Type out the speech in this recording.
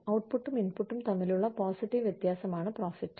ഔട്ട്പുട്ടും ഇൻപുട്ടും തമ്മിലുള്ള പോസിറ്റീവ് വ്യത്യാസമാണ് പ്രോഫിറ്റ്